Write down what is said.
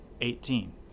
eighteen